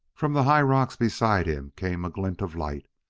from the high rocks beside him came a glint of light,